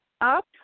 up